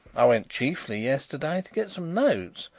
i went chiefly yesterday to get some notes.